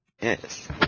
Yes